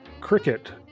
Cricket